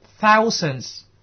thousands